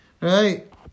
Right